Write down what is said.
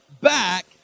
back